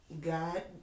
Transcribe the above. God